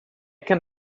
can